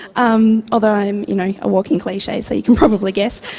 um although i am you know a walking cliche so you can probably guess,